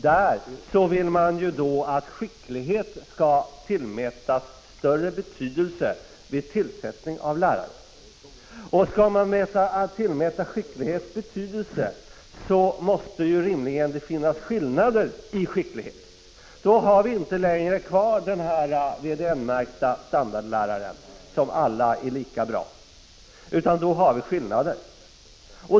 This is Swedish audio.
Där står det att man vill att skicklighet skall tillmätas större betydelse vid tillsättning av lärare. Skall man tillmäta skicklighet betydelse, måste det ju rimligen finnas skillnader i skickligheten. Då har vi inte längre kvar de VDN-märkta standardlärare som alla är lika bra, utan då har vi skillnader.